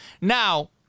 now